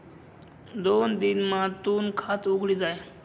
दोन दिन मा तूनं खातं उघडी जाई